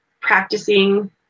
practicing